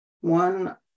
One